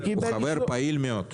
הוא חבר פעיל מאוד.